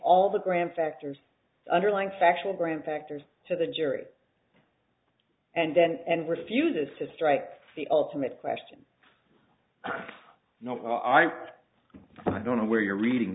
all the grand factors underlying factual grand factors to the jury and then and refuses to strike the ultimate question you know i don't know where you're reading